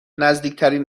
نزدیکترین